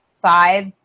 five